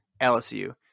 lsu